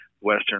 western